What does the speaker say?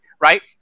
right